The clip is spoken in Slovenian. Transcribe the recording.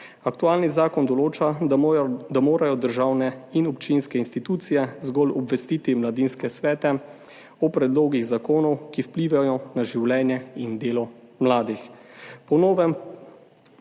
Aktualni zakon določa, da morajo državne in občinske institucije zgolj obvestiti mladinske svete o predlogih zakonov, ki vplivajo na življenje in delo mladih.